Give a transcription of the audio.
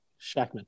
Shackman